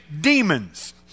demons